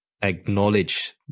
acknowledge